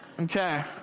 Okay